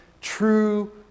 true